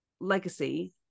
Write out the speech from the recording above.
legacy